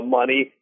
money